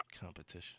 competition